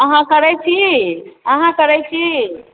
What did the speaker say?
अहाँ करैत छी अहाँ करैत छी